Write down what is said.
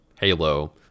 Halo